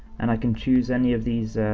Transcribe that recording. and i can choose any of these,